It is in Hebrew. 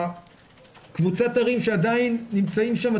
קבוצת הערים שעדיין נמצאות שם,